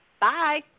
Bye